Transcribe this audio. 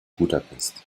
budapest